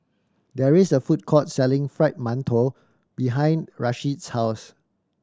there is a food court selling Fried Mantou behind Rasheed's house